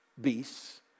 beasts